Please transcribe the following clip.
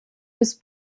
bis